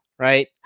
right